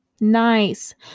Nice